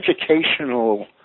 educational